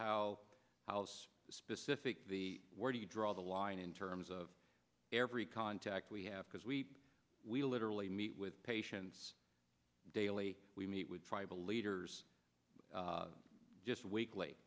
how house specific the where do you draw the line in terms of every contact we have because we we literally meet with patients daily we meet with tribal leaders just weekly